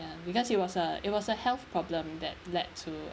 ya because it was a it was a health problem that led to